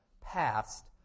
past